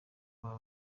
baba